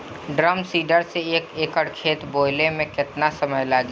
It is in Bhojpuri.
ड्रम सीडर से एक एकड़ खेत बोयले मै कितना समय लागी?